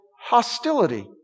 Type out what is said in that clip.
hostility